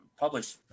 publish